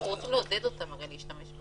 הרי אנחנו רוצים לעודד אותם להשתמש.